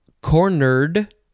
Cornered